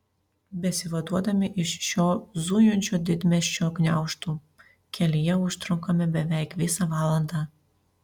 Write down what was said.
besivaduodami iš šio zujančio didmiesčio gniaužtų kelyje užtrunkame beveik visą valandą